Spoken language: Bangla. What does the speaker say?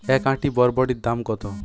এক আঁটি বরবটির দাম কত?